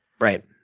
Right